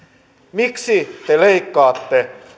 miksi te leikkaatte